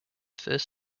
first